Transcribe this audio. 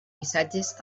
missatges